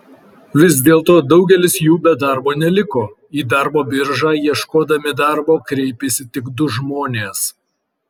vis dėlto daugelis jų be darbo neliko į darbo biržą ieškodami darbo kreipėsi tik du žmonės